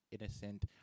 innocent